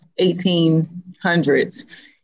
1800s